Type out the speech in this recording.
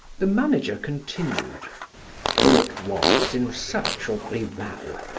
the manager continued go at once in search of rival,